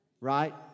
right